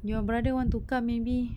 your brother want to come maybe